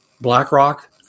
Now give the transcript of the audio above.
BlackRock